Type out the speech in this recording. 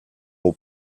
aux